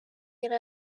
yari